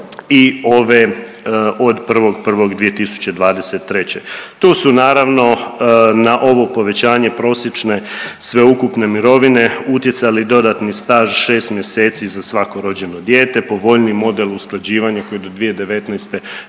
i ove od 1.1.2023. Tu su naravno na ovo povećanje prosječne sveukupne mirovine utjecali dodatni staž 6 mjeseci za svako rođeno dijete, povoljniji model usklađivanja koji je do 2019.